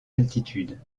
altitude